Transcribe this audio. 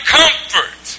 comfort